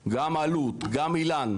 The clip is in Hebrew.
אקי"ם, גם אלו"ט, גם איל"ן,